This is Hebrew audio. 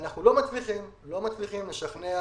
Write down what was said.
אנחנו לא מצליחים לשכנע